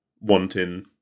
wanting